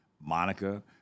Monica